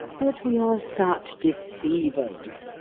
but we are such deceivers,